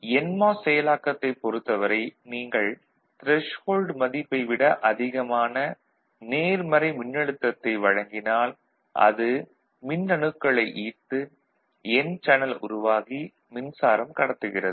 NMOS செயலாக்கத்தைப் பொறுத்த வரை நீங்கள் த்ரெஷ்ஹோல்டு மதிப்பை விட அதிகமான நேர்மறை மின்னழுத்தத்தை வழங்கினால் அது மின்னணுக்களை ஈர்த்து என் சேனல் உருவாகி மின்சாரம் கடத்துகிறது